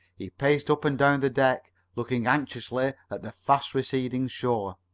he paced up and down the deck, looking anxiously at the fast-receding shore.